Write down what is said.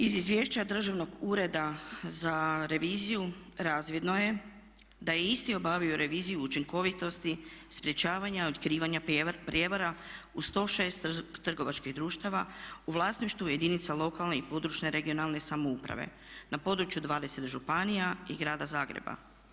Iz Izvješća Državnog ureda za reviziju razvidno je da je isti obavio reviziju učinkovitosti, sprječavanje i otkrivanja prijevara u 106 trgovačkih društava u vlasništvu jedinica lokalne i područne (regionalne) samouprave na području 20 županija i Grada Zagreba.